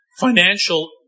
financial